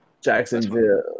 Jacksonville